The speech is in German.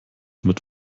mit